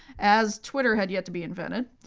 as twitter had yet to be invented,